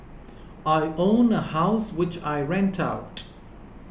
I own a house which I rent out